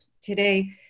today